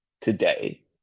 today